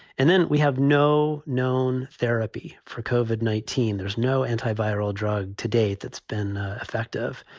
and then we have no known therapy for covered nineteen. there's no antiviral drug today that's been effective.